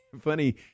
funny